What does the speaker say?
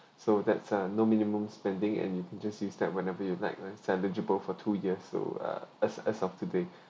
so that's uh no minimum spending and you can just use that whenever you like and it's eligible for two years so uh as as of today